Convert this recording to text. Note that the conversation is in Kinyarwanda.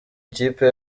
ikipe